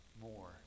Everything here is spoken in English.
more